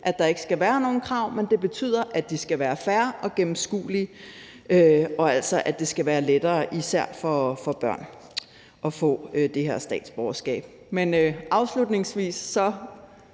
at der ikke skal være nogen krav, men det betyder, at det skal være fair og gennemskueligt, og at det altså skal være lettere især for børn at få det her statsborgerskab. Men afslutningsvis vil